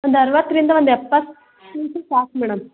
ಒಂದು ಅರವತ್ತರಿಂದ ಒಂದು ಎಪ್ಪತ್ತು ಕೆಜಿ ಸಾಕು ಮೇಡಮ್